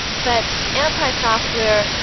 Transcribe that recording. but enterprise software,